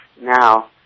now